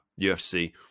UFC